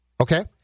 okay